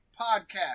podcast